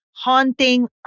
Haunting